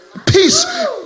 peace